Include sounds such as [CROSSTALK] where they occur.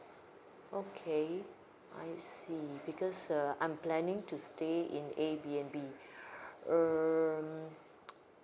okay I see because uh I'm planning to stay in airbnb [BREATH] um [NOISE]